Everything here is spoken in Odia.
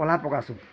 ପହ୍ଲା ପକାସୁଁ